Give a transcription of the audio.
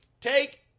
Take